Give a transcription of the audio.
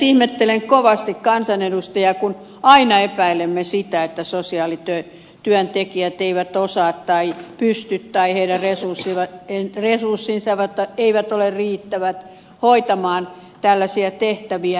ihmettelen kovasti kansanedustajia kun aina epäilemme sitä että sosiaalityöntekijät eivät osaa tai pysty tai heidän resurssinsa eivät ole riittävät hoitamaan tällaisia tehtäviä